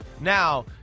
Now